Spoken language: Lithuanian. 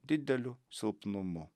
dideliu silpnumu